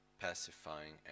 pacifying